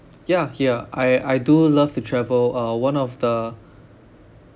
yeah yeah I I do love to travel uh one of the